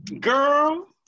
Girl